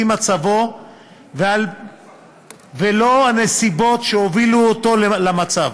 מצבו ולא על-פי הנסיבות שהובילו לאותו מצב.